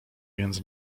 więc